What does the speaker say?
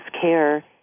care